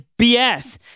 BS